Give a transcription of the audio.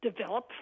develop